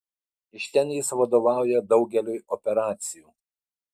iš ten jis vadovauja daugeliui operacijų